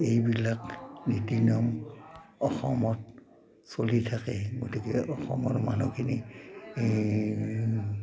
এইবিলাক নীতি নিয়ম অসমত চলি থাকে গতিকে অসমৰ মানুহখিনি এই